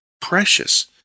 precious